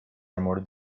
مورد